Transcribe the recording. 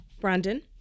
Brandon